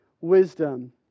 wisdom